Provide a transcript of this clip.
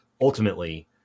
ultimately